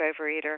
overeater